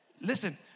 Listen